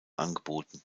angeboten